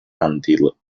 until